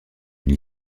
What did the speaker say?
une